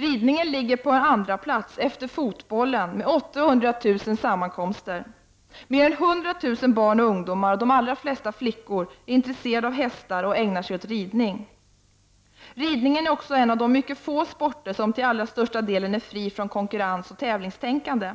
Ridningen ligger på en andraplats, efter fotbollen, med 800 000 sammankomster. Mer än 100 000 barn och ungdomar, de allra flesta flickor, är intresserade av hästar och ägnar sig åt ridning. Ridningen är en av de mycket få sporter som till allra största delen är fri från konkurrens och tävlingstänkande.